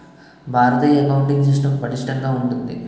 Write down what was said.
భారతీయ accounting system పటిష్టంగా ఉంటుంది